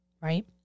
Right